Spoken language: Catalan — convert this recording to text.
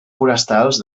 forestals